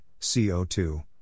CO2